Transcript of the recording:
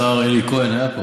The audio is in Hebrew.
וידידי השר אלי כהן, שהיה פה,